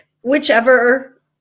whichever